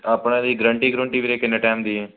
ਆਪਣੇ ਇਹਦੀ guarantee guarantee ਵੀਰੇ ਕਿੰਨੇ ਟਾਈਮ ਦੀ